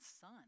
son